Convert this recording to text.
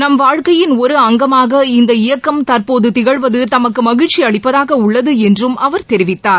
நம் வாழ்க்கையின் ஒரு அங்கமாக இந்த இயக்கம் தற்போது திகழ்வது தமக்கு மகிழ்ச்சி அளிப்பதாக உள்ளது என்றும் அவர் தெரிவித்தார்